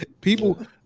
people